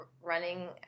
running